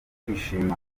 kwishimana